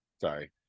sorry